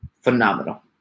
Phenomenal